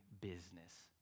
business